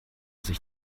sich